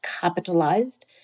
capitalized